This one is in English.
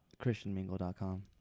Christianmingle.com